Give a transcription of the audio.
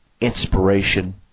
inspiration